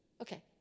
Okay